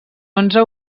onze